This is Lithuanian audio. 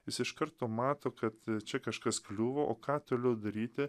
jis iš karto mato kad čia kažkas kliūva o ką toliau daryti